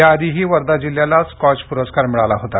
या आधीही वर्धा जिल्ह्याला स्कोच पुरस्कार मिळाला होता